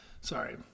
sorry